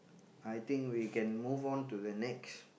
I think we can move on to the next